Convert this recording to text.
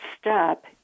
step